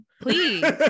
please